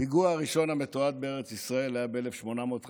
הפיגוע הראשון המתועד בארץ ישראל היה ב-1851,